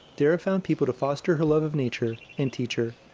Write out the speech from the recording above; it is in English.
dara found people to foster her love of nature, and teach her.